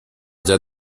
già